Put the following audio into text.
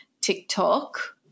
TikTok